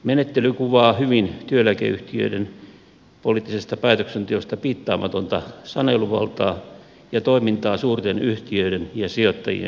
menettely kuvaa hyvin työeläkeyhtiöiden poliittisesta päätöksenteosta piittaamatonta saneluvaltaa ja toimintaa suurten yhtiöiden ja sijoittajien hyväksi